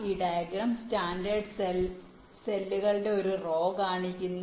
ഈ diagram standard cell സെല്ലുകളുടെ ഒരു റോ കാണിക്കുന്നു